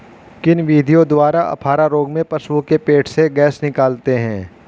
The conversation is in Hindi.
किन विधियों द्वारा अफारा रोग में पशुओं के पेट से गैस निकालते हैं?